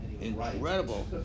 Incredible